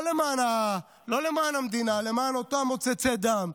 לא למען המדינה, למען אותם מוצצי דם.